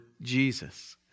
Jesus